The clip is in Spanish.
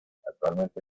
actualmente